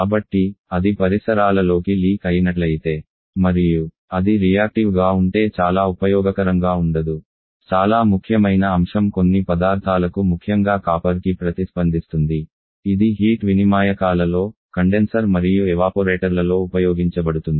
కాబట్టి అది పరిసరాలలోకి లీక్ అయినట్లయితే మరియు అది రియాక్టివ్గా ఉంటే చాలా ఉపయోగకరంగా ఉండదు చాలా ముఖ్యమైన అంశం కొన్ని పదార్థాలకు ముఖ్యంగా కాపర్ కి ప్రతిస్పందిస్తుంది ఇది హీట్ వినిమాయకాలలో కండెన్సర్ మరియు ఎవాపొరేటర్లలో ఉపయోగించబడుతుంది